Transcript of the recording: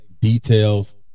details